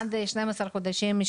עד 12 חודשים.